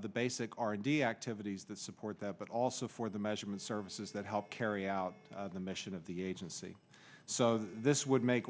the basic r and d activities that support that but also for the measurement services that help carry out the mission of the agency so this would make